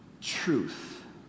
truth